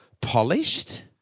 polished